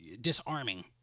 disarming